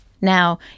Now